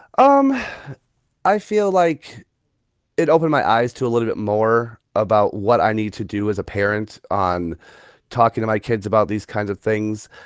um i feel like it opened my eyes to a little bit more about what i need to do as a parent on talking to my kids about these kinds of things.